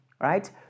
right